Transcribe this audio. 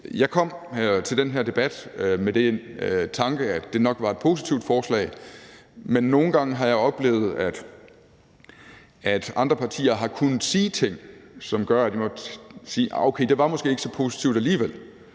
Jeg kom til den her debat med den tanke, at det nok var et forslag, jeg stillede mig positivt over for, men nogle gange har jeg oplevet, at andre partier har kunnet sige ting, som har gjort, at jeg måtte sige: Okay, det var måske ikke så positivt alligevel.